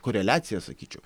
koreliacija sakyčiau